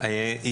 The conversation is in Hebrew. אני